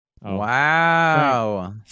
Wow